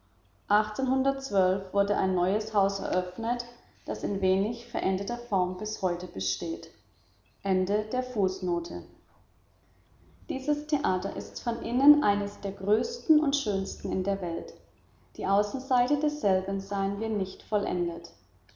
ein neues haus eröffnet das in wenig veränderter form bis heute besteht dieses theater ist von innen eines der größten und schönsten in der welt die außenseite desselben sahen wir nicht vollendet